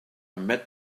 met